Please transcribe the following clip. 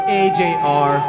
ajr